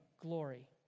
glory